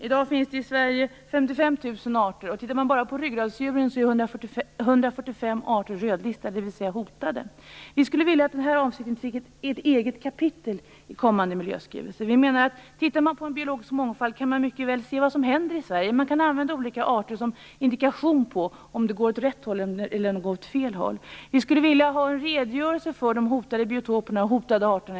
I dag finns det i Sverige 55 000 arter. Enbart bland ryggradsdjuren är 145 arter rödlistade, dvs. hotade. Vi skulle vilja att det här avsnittet blev ett eget kapitel i en kommande miljöskrivelse. Tittar man på den biologiska mångfalden kan man mycket väl se vad som händer i Sverige. Olika arter kan användas som en indikation på om det går åt rätt eller åt fel håll. Vi skulle i en kommande skrivelse vilja ha en redogörelse för de hotade biotoperna och arterna.